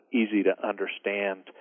easy-to-understand